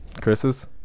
Chris's